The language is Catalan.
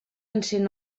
encén